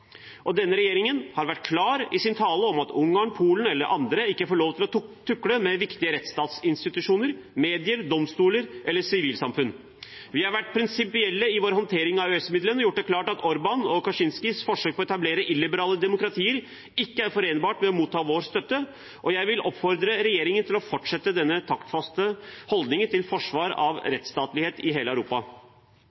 Denne regjeringen har vært klar i sin tale om at Ungarn, Polen eller andre ikke får lov til å tukle med viktige rettsstatsinstitusjoner, medier, domstoler eller sivilsamfunn. Vi har vært prinsipielle i vår håndtering av EØS-midlene og gjort det klart at Orbáns og Kaczyn?skis forsøk på å etablere illiberale demokratier ikke er forenlig med å motta vår støtte, og jeg vil oppfordre regjeringen til å fortsette denne taktfaste holdningen til forsvar av